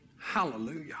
Hallelujah